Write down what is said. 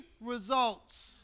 results